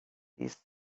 these